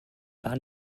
par